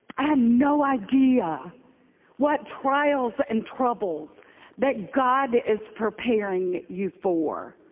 i have no idea what trials and troubles that god is preparing you for.